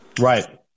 Right